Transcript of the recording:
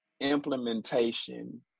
implementation